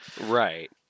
right